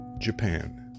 Japan